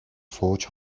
сууж